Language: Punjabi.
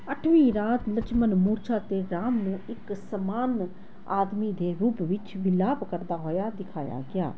ਅੱਠਵੀਂ ਰਾਤ ਲਛਮਣ ਮੂਰਛਾ ਅਤੇ ਰਾਮ ਨੂੰ ਇੱਕ ਸਾਮਾਨ ਆਦਮੀ ਦੇ ਰੂਪ ਵਿੱਚ ਵਿਲਾਪ ਕਰਦਾ ਹੋਇਆ ਦਿਖਾਇਆ ਗਿਆ